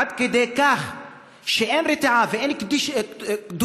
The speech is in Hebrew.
עד כדי כך שאין רתיעה ואין קדושה,